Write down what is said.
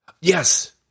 Yes